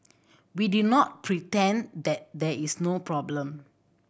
we did not pretend that there is no problem